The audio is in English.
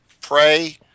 pray